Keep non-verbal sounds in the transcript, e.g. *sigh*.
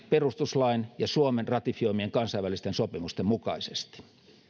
*unintelligible* perustuslain ja suomen ratifioimien kansainvälisten sopimusten mukaisesti